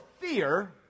fear